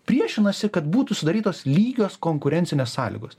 priešinasi kad būtų sudarytos lygios konkurencinės sąlygos